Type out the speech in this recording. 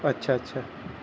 اچھا اچھا